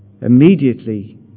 Immediately